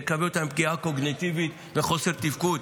נקבל אותם עם פגיעה קוגניטיבית וחוסר תפקוד.